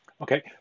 Okay